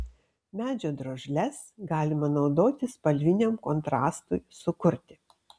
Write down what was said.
medžio drožles galima naudoti spalviniam kontrastui sukurti